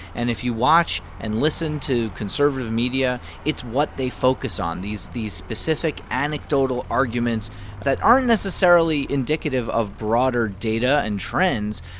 and if you watch and listen to conservative media, it's what they focus on these these specific, anecdotal arguments that aren't necessarily indicative of broader data and trends.